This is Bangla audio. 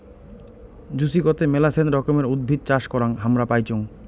জুচিকতে মেলাছেন রকমের উদ্ভিদ চাষ করাং হামরা পাইচুঙ